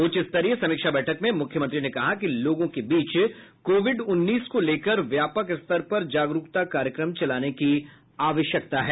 उच्च स्तरीय समीक्षा बैठक में मुख्यमंत्री ने कहा कि लोगों के बीच कोविड उन्नीस को लेकर व्यापक स्तर पर जागरूकता कार्यक्रम चलाने की आवश्यकता है